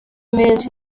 menshi